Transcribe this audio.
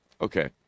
okay